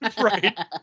Right